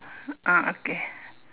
ah okay